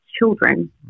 children